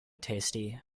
tasty